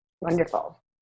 Wonderful